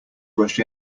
rush